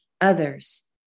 others